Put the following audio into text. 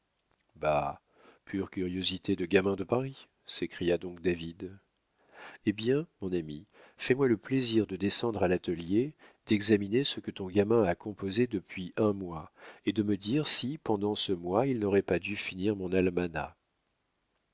pure curiosité de gamin de paris s'écria donc david eh bien mon ami fais-moi le plaisir de descendre à l'atelier d'examiner ce que ton gamin a composé depuis un mois et de me dire si pendant ce mois il n'aurait pas dû finir notre almanach